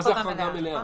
מה זה הכרזה מלאה?